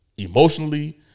emotionally